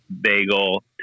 bagel